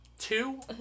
Two